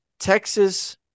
Texas